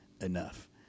enough